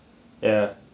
ya ya